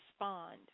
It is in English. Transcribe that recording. respond